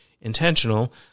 intentional